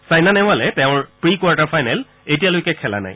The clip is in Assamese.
ছাইনা নেহৰালে তেওঁৰ প্ৰি কোৱাৰ্টাৰ ফাইনেল এতিয়ালৈকে খেলা নাই